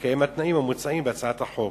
בהתקיים התנאים המוצעים בהצעת החוק.